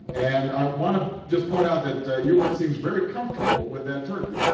and i want to just point out that yubert seems very comfortable with that turkey.